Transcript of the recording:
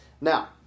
Now